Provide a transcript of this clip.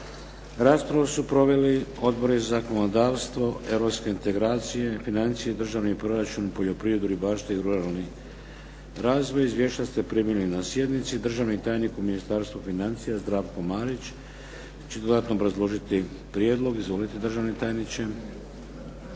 Raspravu su proveli Odbori za zakonodavstvo, europske integracije, financije i državni proračun, poljoprivredu i ribarstvo i ruralni razvoj. Izvješća ste primili na sjednici. Državni tajnik u Ministarstvu financija Zdravko Marić će dodatno obrazložiti prijedlog. Izvolite državni tajniče.